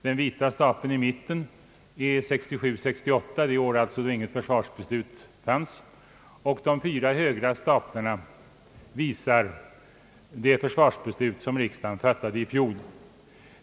Den vita stapeln 1 mitten är 1967/68, alltså det år då inget försvarsbeslut fanns, och de fyra staplarna till höger visar det försvarsbeslut som riksdagen fattade i fjol.